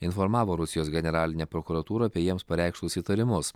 informavo rusijos generalinę prokuratūrą apie jiems pareikštus įtarimus